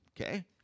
Okay